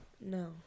No